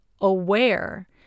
aware